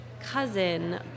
cousin